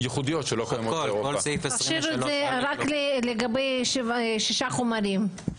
עושים את זה רק לגבי שישה חומרים.